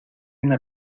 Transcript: una